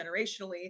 generationally